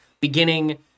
beginning